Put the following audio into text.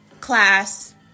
class